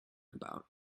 about